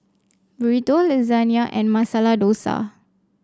Burrito Lasagne and Masala Dosa